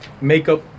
makeup